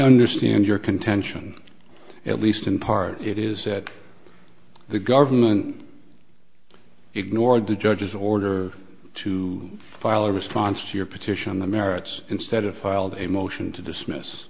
understand your contention at least in part it is that the government ignored the judge's order to file a response to your petition on the merits instead of filed a motion to dismiss